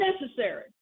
necessary